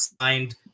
signed